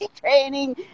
training